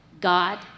God